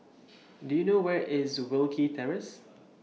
Do YOU know Where IS Wilkie Terrace